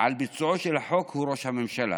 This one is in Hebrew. לביצועו של החוק הוא ראש הממשלה.